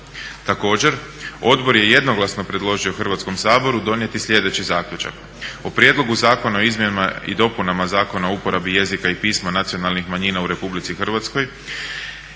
Također odbor je jednoglasno predložio Hrvatskom saboru donijeti sljedeći zaključak, "O Prijedlogu zakona o izmjenama i dopunama Zakona o uporabi jezika i pisma nacionalnih manjina u RH i Prijedlog